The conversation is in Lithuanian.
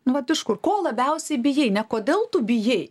nu vat iš kur ko labiausiai bijai ne kodėl tu bijai